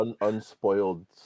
unspoiled